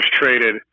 traded